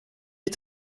het